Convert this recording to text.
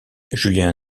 julien